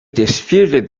disputed